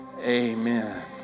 amen